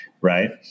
right